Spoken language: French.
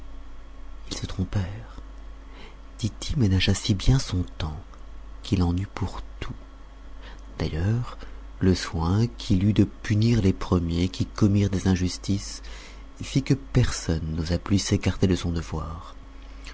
ils se trompèrent tity ménagea si bien son temps qu'il en eut pour tout d'ailleurs le soin qu'il eut de punir les premiers qui commirent des injustices fit que personne n'osa plus s'écarter de son devoir